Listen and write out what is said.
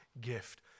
gift